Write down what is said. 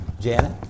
Janet